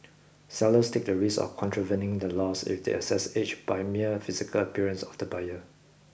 sellers take the risk of contravening the laws if they assess age by mere physical appearance of the buyer